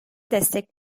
destek